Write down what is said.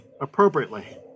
appropriately